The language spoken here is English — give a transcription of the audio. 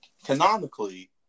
Canonically